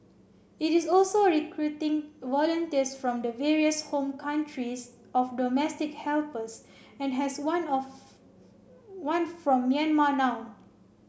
it is also recruiting volunteers from the various home countries of domestic helpers and has one of one from Myanmar now